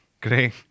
Great